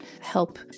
help